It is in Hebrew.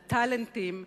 הטאלנטים,